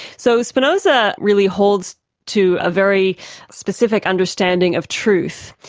so spinoza really holds to a very specific understanding of truth.